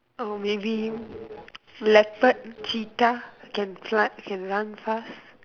or maybe leopard cheetah can fly can run fast